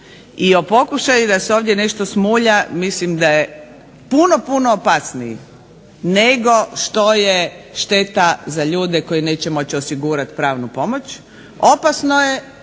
i o pokušaju da se ovdje nešto smulja, mislim da je puno, puno opasniji nego što je šteta za ljude koji neće moći osigurati pravnu pomoć. Opasno je